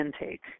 intake